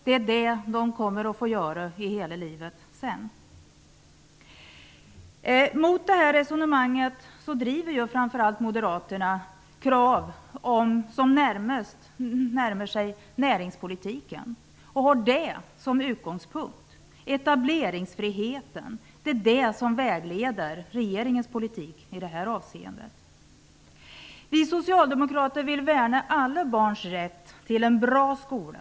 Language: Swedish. Det är det som de kommer att få göra hela livet. Mot detta resonemang driver framför allt Moderaterna krav som ligger nära näringspolitiken. Som utgångspunkt har de etableringsfriheten. Det är det som är vägledande för regeringens politik i det avseendet. Vi Socialdemokrater vill värna alla barns rätt till en bra skola.